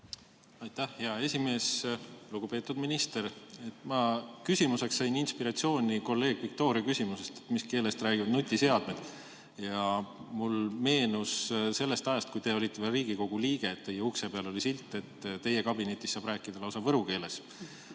Aitäh, hea esimees! Lugupeetud minister! Ma sain küsimuseks inspiratsiooni kolleeg Viktoria küsimusest, mis keeles räägivad nutiseadmed. Mulle meenus sellest ajast, kui te olite veel Riigikogu liige, et teie ukse peal oli silt, et teie kabinetis saab rääkida ka võru keeles.